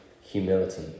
humility